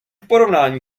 porovnání